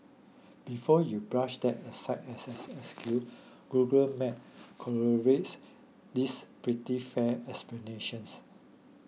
before you brush that aside as an excuse Google Maps corroborates this pretty fair explanations